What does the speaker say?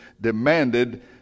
demanded